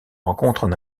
rencontrent